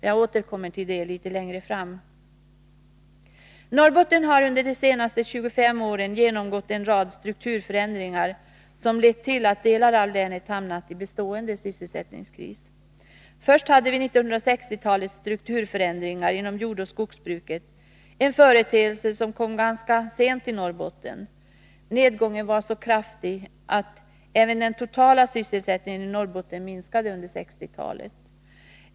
Jag återkommer till detta litet längre fram. Norrbotten har under de senaste 25 åren genomgått en rad strukturförändringar, som lett till att delar av länet hamnat i en bestående sysselsättningskris. Först hade vi 1960-talets strukturförändringar inom jordoch skogsbruket, en företeelse som kom ganska sent i Norrbotten. Nedgången var så kraftig att även den totala sysselsättningen i Norrbotten minskade under 1960-talet.